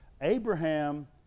Abraham